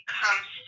comes